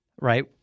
right